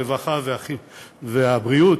הרווחה והבריאות,